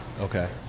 okay